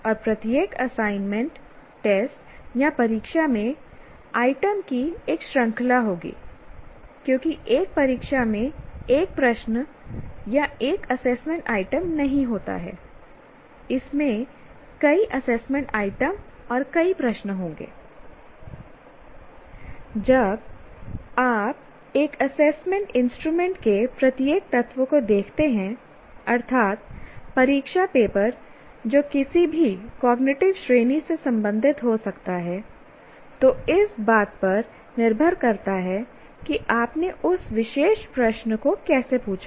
और प्रत्येक assignment test या परीक्षा में आइटम की एक श्रृंखला होगी क्योंकि एक परीक्षा में एक प्रश्न या एक एसेसमेंट आइटम नहीं होता है इसमें कई एसेसमेंट आइटम और कई प्रश्न होंगेI जब आप एक असेसमेंट इंस्ट्रूमेंट के प्रत्येक तत्व को देखते हैं अर्थात् परीक्षा पेपर जो किसी भी कॉग्निटिव श्रेणी से संबंधित हो सकता है तो इस बात पर निर्भर करता है कि आपने उस विशेष प्रश्न को कैसे पूछा है